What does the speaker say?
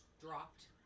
dropped